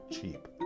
cheap